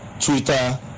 Twitter